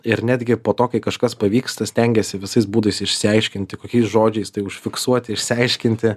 ir netgi po to kai kažkas pavyksta stengiasi visais būdais išsiaiškinti kokiais žodžiais tai užfiksuoti išsiaiškinti